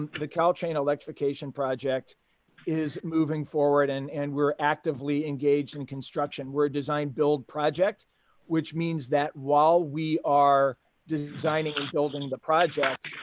the caltrain electrification project is moving forward and and we are actively engaged in construction. we are a design build project which means that while while we are designing and building the project,